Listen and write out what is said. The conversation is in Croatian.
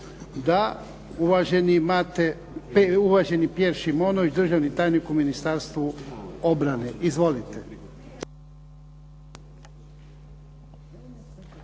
Da. Uvaženi Pjer Šimunović državni tajnik u Ministarstvu obrane. Izvolite.